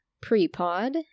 pre-pod